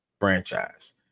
franchise